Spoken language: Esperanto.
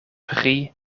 pri